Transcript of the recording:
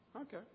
Okay